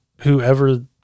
whoever